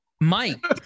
Mike